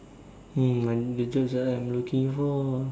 hmm that is just what I am looking for